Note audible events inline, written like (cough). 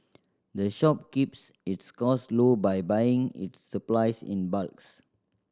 the shop keeps its costs low by buying its supplies in (unintelligible)